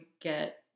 get